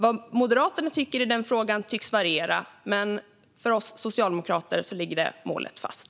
Vad Moderaterna tycker i den frågan tycks variera, men för oss socialdemokrater ligger målet fast.